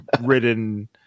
ridden